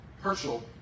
Herschel